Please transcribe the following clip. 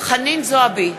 חנין זועבי,